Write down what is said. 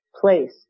place